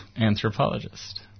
Anthropologist